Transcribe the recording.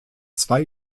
zwei